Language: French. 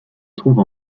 trouve